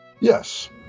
Yes